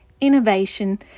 innovation